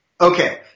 Okay